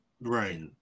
Right